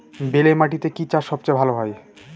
বেলে মাটিতে কি চাষ সবচেয়ে ভালো হয়?